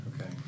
Okay